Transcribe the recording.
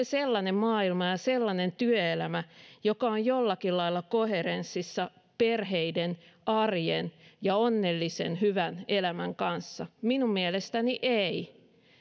sellainen maailma ja sellainen työelämä joka on jollakin lailla koherenssissa perheiden arjen ja onnellisen hyvän elämän kanssa minun mielestäni ei